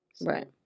Right